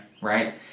Right